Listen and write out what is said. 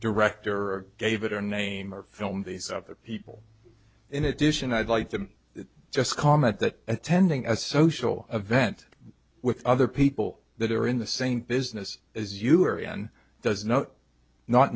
director or gave it her name or film these other people in addition i'd like to just comment that attending a social event with other people that are in the same business as you are and does not